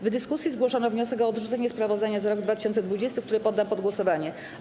W dyskusji zgłoszono wniosek o odrzucenie sprawozdania za rok 2020, który poddam pod głosowanie.